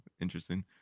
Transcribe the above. interesting